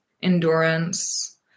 endurance